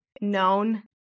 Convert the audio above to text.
known